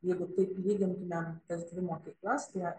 jeigu taip lygintumėm tas dvi mokyklas tie